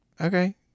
Okay